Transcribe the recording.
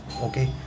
okay